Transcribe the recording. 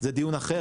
זה דיון אחר.